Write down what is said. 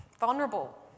Vulnerable